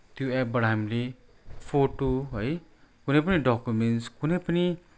त्यो एपबाट हामीले फोटो है कुनै पनि डोकुमेन्ट्स कुनै पनि